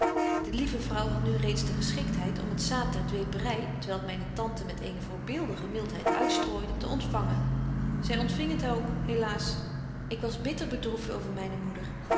de lieve vrouw hadt nu reeds de geschikt heid om het zaad der dweepery t welk myne tante met eene voorbeeldige mildheid uitstrooide te ontfangen zy ontfing het ook helaas ik was bitter bedroeft over myne moeder